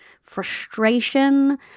frustration